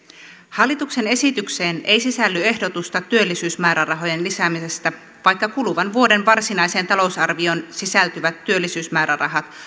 hallituksen esitykseen ei sisälly ehdotusta työllisyysmäärärahojen lisäämisestä vaikka kuluvan vuoden varsinaiseen talousarvioon sisältyvät työllisyysmäärärahat